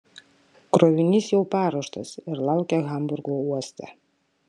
krovinys jau paruoštas ir laukia hamburgo uoste